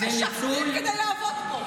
הם משלמים בשביל לעבוד פה.